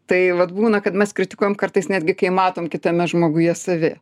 tai vat būna kad mes kritikuojam kartais netgi kai matom kitame žmoguje savi